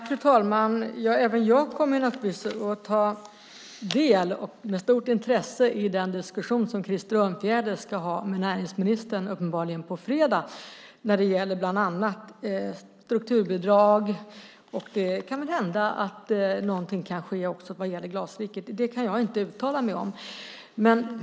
Fru talman! Även jag kommer naturligtvis att med stort intresse ta del av den diskussion som Krister Örnfjäder uppenbarligen ska ha med näringsministern på fredag när det gäller bland annat strukturbidrag. Det kan väl hända att någonting kan ske också vad gäller Glasriket. Det kan jag inte uttala mig om.